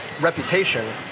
reputation